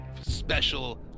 special